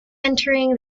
entering